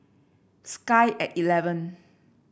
sky at eleven